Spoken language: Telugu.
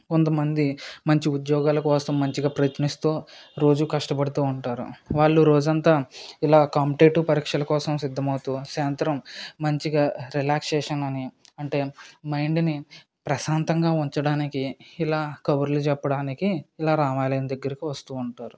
కొంతమంది మంచి ఉద్యోగాల కోసం మంచిగా ప్రయత్నిస్తు రోజు కష్టపడుతు ఉంటారు వాళ్ళు రోజంతా ఇలా కాంపిటేటివ్ పరీక్షల కోసం సిద్ధమౌవుతు సాయంత్రం మంచిగా రిలాక్సేషన్ అని అంటే మైండ్ని ప్రశాంతంగా ఉంచటానికి ఇలా కబుర్లు చెప్పడానికి ఇలా రామాలయం దగ్గరకు వస్తు ఉంటారు